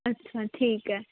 ਅੱਛਾ ਠੀਕ ਹੈ